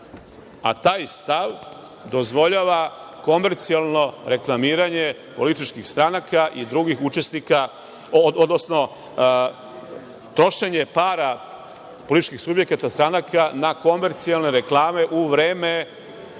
a taj stav dozvoljava komercijalno reklamiranje političkih stranaka, odnosno trošenje para političkih subjekata, stranaka, na komercijalne reklame u vreme